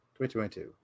2022